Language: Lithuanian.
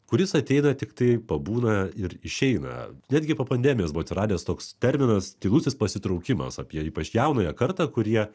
kuris ateina tiktai pabūna ir išeina netgi po pandemijos buvo atsiradęs toks terminas tylusis pasitraukimas apie ypač jaunąją kartą kurie